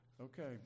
Okay